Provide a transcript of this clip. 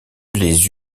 les